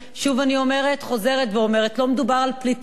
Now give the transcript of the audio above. שוב אני אומרת, חוזרת ואומרת: לא מדובר על פליטים.